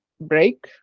break